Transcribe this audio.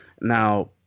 Now